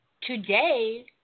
today